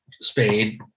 Spade